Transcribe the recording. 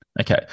Okay